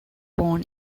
born